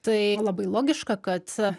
tai labai logiška kad